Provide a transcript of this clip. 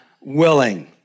willing